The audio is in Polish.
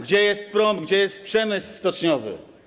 Gdzie jest prom, gdzie jest przemysł stoczniowy?